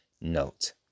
note